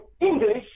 English